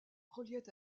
reliait